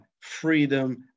freedom